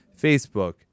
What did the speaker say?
Facebook